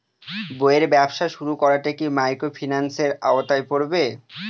বইয়ের ব্যবসা শুরু করাটা কি মাইক্রোফিন্যান্সের আওতায় পড়বে?